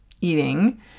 eating